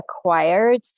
acquired